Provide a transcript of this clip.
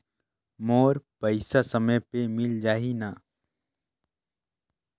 मोर पइसा समय पे मिल जाही न?